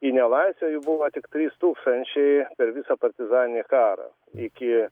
į nelaisvę jų buvo tiktais tūkstančiai per visą partizaninį karą iki